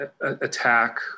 attack